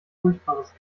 furchtbares